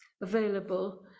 available